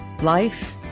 life